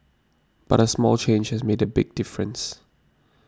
but a small change has made a big difference